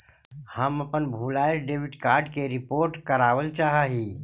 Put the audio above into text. हम अपन भूलायल डेबिट कार्ड के रिपोर्ट करावल चाह ही